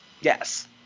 Yes